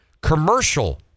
commercial